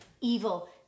evil